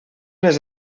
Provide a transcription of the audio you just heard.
les